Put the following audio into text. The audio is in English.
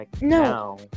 No